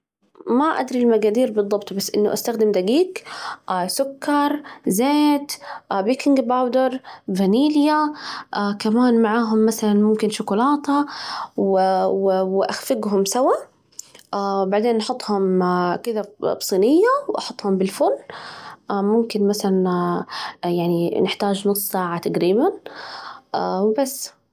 ما أدري المقادير بالضبط بس إنه أستخدم دجيج، سكر، زيت، بيكنج باودر، فانيليا، كمان معاهم مثلا ممكن شوكولاتة و و وأخفجهم سوا، بعدين نحطهم كذا بصينية وأحطهم بالفرن، ممكن مثلاً يعني نحتاج نص ساعة تجريبا، وبس.